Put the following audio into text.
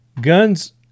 Guns